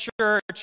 church